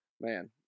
man